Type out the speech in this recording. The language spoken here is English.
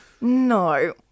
No